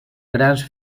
grans